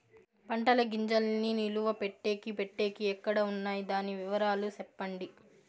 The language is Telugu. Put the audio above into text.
పంటల గింజల్ని నిలువ పెట్టేకి పెట్టేకి ఎక్కడ వున్నాయి? దాని వివరాలు సెప్పండి?